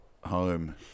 Home